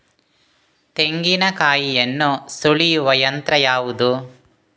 ತೆಂಗಿನಕಾಯಿಯನ್ನು ಸುಲಿಯುವ ಯಂತ್ರ ಯಾವುದು?